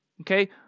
Okay